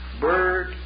bird